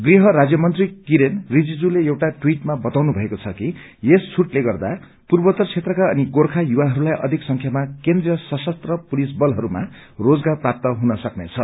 गृह राज्यमन्त्री किरेन रिजिजूले एउटा ट्वीटमा बताउनु भएको छ कि यस छूटले गर्दा पूर्वोत्तर क्षेत्रका अनि गोरखा युवाहरूलाई अधिक संख्यामा केन्द्रीय सशस्त्र पुलिस बलहरूमा रोजगार प्राप्त हुन सक्नेछ